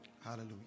Hallelujah